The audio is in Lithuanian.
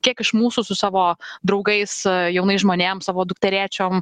kiek iš mūsų su savo draugais jaunais žmonėm savo dukterėčiom